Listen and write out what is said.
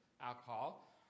alcohol